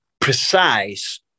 precise